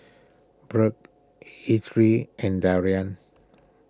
Byrd Ettie and Daryl